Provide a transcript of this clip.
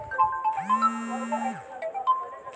एकर उत्पादन बायोडिग्रेडेबल अपशिष्ट पदार्थ से कईल जा सकेला